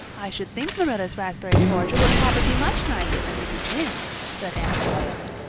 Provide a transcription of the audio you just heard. i should think marilla's raspberry cordial would prob'ly be much nicer than mrs. lynde's, said anne loyally.